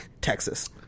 Texas